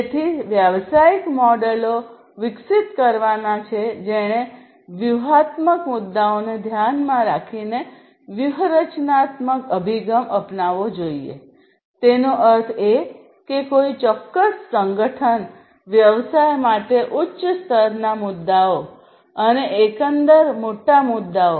તેથી વ્યવસાયિક મોડેલો વિકસિત કરવાના છે જેણે વ્યૂહાત્મક મુદ્દાઓને ધ્યાનમાં રાખીને વ્યૂહરચનાત્મક અભિગમ અપનાવવો જોઈએ તેનો અર્થ એ કે કોઈ ચોક્કસ સંગઠન વ્યવસાય માટે ઉચ્ચ સ્તરના મુદ્દાઓ અને એકંદર મોટા મુદ્દાઓ